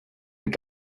mit